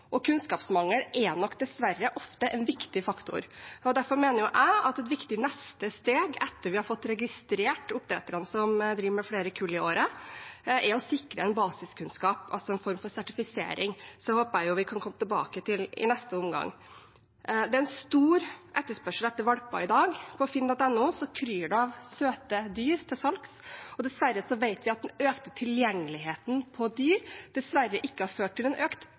og kunnskapsmangel er nok dessverre ofte en viktig faktor. Derfor mener jeg at et viktig neste steg, etter at vi har fått registrert oppdretterne som driver med flere kull i året, er å sikre en basiskunnskap – altså en form for sertifisering, som jeg håper vi kan komme tilbake til i neste omgang. Det er en stor etterspørsel etter valper i dag. På finn.no kryr det av søte dyr til salgs, og dessverre vet vi at den økte tilgjengeligheten på dyr ikke har ført til økt